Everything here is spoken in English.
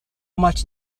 much